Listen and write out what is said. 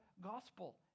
gospel